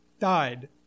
died